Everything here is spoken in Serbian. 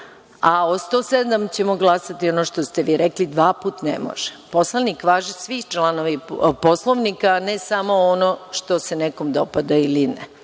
a o 107. ćemo glasati, ono što ste vi rekli, ali dva puta ne može. Važe svi članovi Poslovnika, a ne samo ono što se nekome dopada ili ne.